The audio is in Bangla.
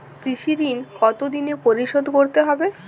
কৃষি ঋণ কতোদিনে পরিশোধ করতে হবে?